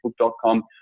facebook.com